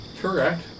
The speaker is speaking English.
Correct